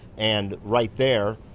and right there,